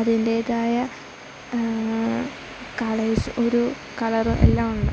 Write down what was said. അതിൻ്റേതായ കളേഴ്സ് ഒരു കളറ് എല്ലാം ഉണ്ട്